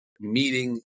meeting